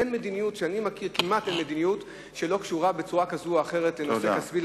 כמעט אין מדיניות שאני מכיר שלא קשורה בצורה כזאת או אחרת לנושא כספי,